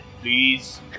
please